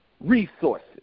resources